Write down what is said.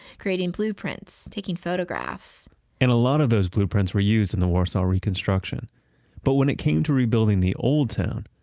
creating blueprints, taking photographs and a lot of those blueprints were used in the warsaw reconstruction but when it came to rebuilding the old town,